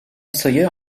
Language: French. sawyer